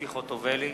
ציפי חוטובלי,